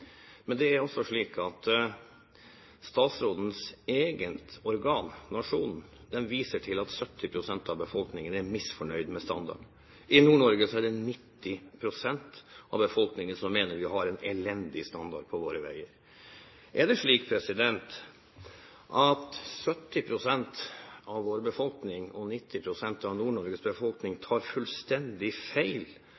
Men statsrådens eget organ, Nationen, viser til at 70 pst. av befolkningen er misfornøyd med standarden. I Nord-Norge er det 90 pst. av befolkningen som mener vi har en elendig standard på våre veier. Er det slik at 70 pst. av vår befolkning og 90 pst. av Nord-Norges befolkning